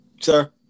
Sir